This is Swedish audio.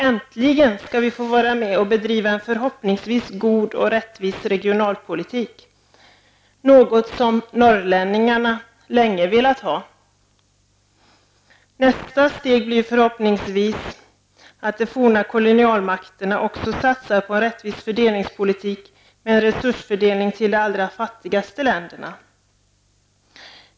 Äntligen skall vi få vara med och bedriva en förhoppningsvis god och rättvis regionalpolitik -- något som norrlänningarna länge har efterlyst. Nästa steg blir kanske att de forna kolonialmakterna satsar på en rättvis fördelningspolitik med en fördelning av resurserna till de allra fattigaste länderna.